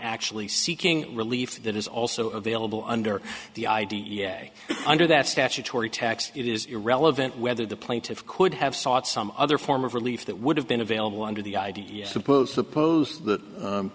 actually seeking relief that is also available under the i d e a under that statutory tax it is irrelevant whether the plaintiffs could have sought some other form of relief that would have been available under the idea suppose suppose that